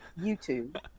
YouTube